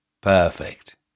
perfect